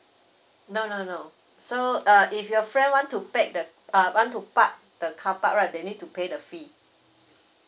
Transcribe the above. no no no so err if your friend want to pack want to park the carpark right they need to pay the fee